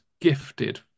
gifted